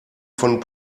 von